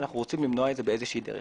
ואנו רוצים למנוע את זה באיזושהי דרך.